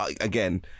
Again